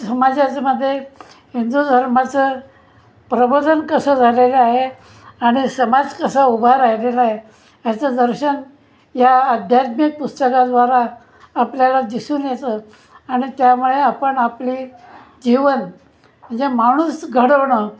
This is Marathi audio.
समाजमदे हिंदू धर्माचं प्रबोधन कसं झालेलं आहे आणि समाज कसा उभा राहिलेला आहे ह्याचं दर्शन या अध्यात्मिक पुस्तकाद्वारा आपल्याला दिसून येतं आणि त्यामुळे आपण आपली जीवन म्हणजे माणूस घडवणं